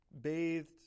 bathed